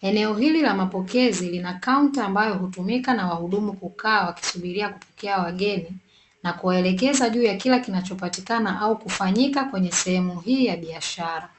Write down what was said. eneo hili la mapokezi lina kaunta ambayo hutumika na wahudumu kukaa wakisubiria kupokea wageni na kuwaelekeza juu ya kila kinachopatikana au kufanyika kwenye sehemu hii ya biashara.